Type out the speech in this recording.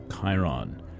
Chiron